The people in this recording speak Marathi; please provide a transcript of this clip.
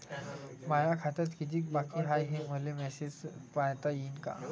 माया खात्यात कितीक बाकी हाय, हे मले मेसेजन पायता येईन का?